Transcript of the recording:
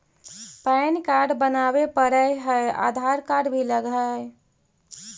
Pan card बनावे पडय है आधार कार्ड भी लगहै?